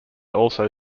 also